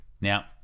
now